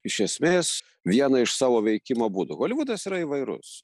iš esmės vieną iš savo veikimo būdų holivudas yra įvairus